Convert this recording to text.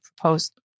proposed